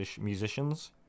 musicians